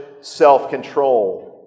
self-control